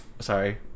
sorry